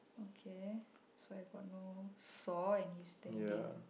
okay so I got no saw and he's standing